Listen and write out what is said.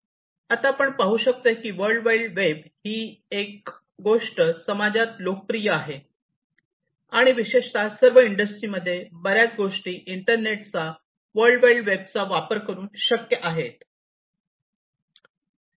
आता आपण पाहू शकतो की वर्ल्ड वाईड वेब ही एक गोष्ट समाजात लोकप्रिय आहे आणि विशेषतः सर्व इंडस्ट्रीमध्ये बर्याच गोष्टी इंटरनेटचा वर्ल्ड वाईड वेब चा वापर करून शक्य आहेत